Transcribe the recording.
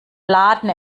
laden